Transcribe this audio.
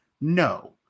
No